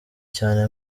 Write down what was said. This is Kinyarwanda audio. cyane